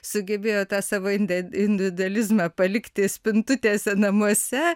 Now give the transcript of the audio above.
sugebėjo tą savo indėindividualizmą palikti spintutėse namuose